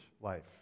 life